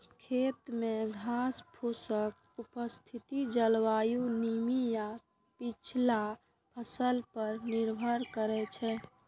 खेत मे घासफूसक उपस्थिति जलवायु, नमी आ पछिला फसल पर निर्भर करै छै